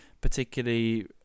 particularly